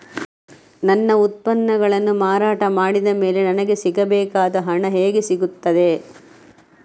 ನನ್ನ ಉತ್ಪನ್ನಗಳನ್ನು ಮಾರಾಟ ಮಾಡಿದ ಮೇಲೆ ನನಗೆ ಸಿಗಬೇಕಾದ ಹಣ ಹೇಗೆ ಸಿಗುತ್ತದೆ?